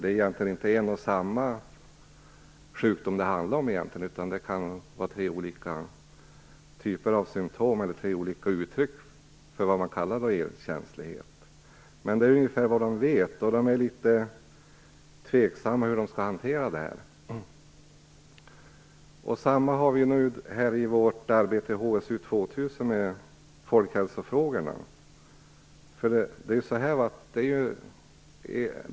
Det är egentligen inte en och samma sjukdom det handlar om, utan det kan vara tre olika typer av symtom, tre olika uttryck för vad som kallas elkänslighet. Det är ungefär vad man vet. Man är litet tveksam till hur det här skall hanteras. Detsamma gäller vårt arbete i HSU 2000 med folkhälsofrågorna.